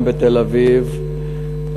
גם בתל-אביב,